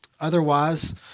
Otherwise